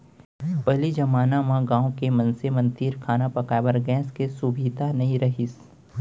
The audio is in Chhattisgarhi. पहिली जमाना म गॉँव के मनसे मन तीर खाना पकाए बर गैस के सुभीता नइ रहिस